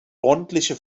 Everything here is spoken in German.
ordentliche